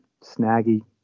snaggy